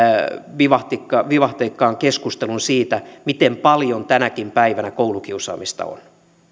monivivahteikkaan monivivahteikkaan keskustelun siitä miten paljon tänäkin päivänä koulukiusaamista on